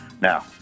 Now